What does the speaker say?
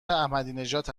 احمدینژاد